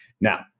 Now